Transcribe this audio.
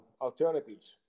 alternatives